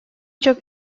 çok